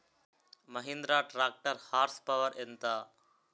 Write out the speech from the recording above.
Mahindra tractor horse power ఎంత?